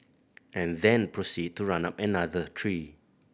and then proceed to run up another tree